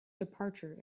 departure